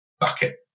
bucket